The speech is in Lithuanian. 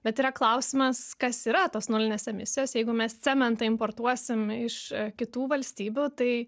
bet yra klausimas kas yra tos nulinės emisijos jeigu mes cementą importuosim iš kitų valstybių tai